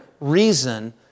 reason